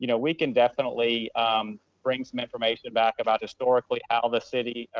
you know we can definitely bring some information back about historically how the city,